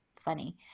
funny